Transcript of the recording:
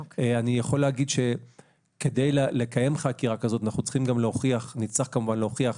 אני יכול להגיד שכדי לקיים חקירה כזאת אנחנו צריכים להוכיח -- תראי,